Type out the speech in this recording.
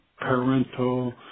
parental